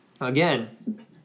Again